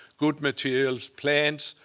good materials, plants,